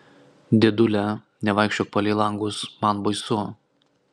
dėdule nevaikščiok palei langus man baisu